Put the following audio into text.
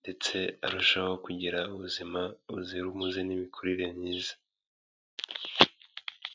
ndetse arushaho kugira ubuzima buzira umuze n'imikurire myiza.